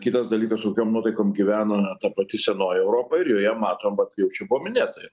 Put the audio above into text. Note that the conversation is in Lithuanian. kitas dalykas su kokiom nuotaikom gyvena ta pati senoji europa ir joje matom vat kaip čia paminėta jau